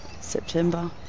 September